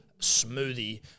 smoothie